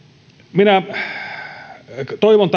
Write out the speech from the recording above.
minä toivon